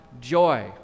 joy